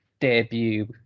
debut